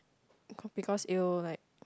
because it will like